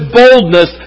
boldness